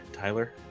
Tyler